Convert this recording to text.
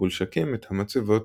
ולשקם את המצבות.